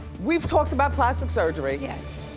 we've talked about plastic surgery. yes,